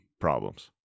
problems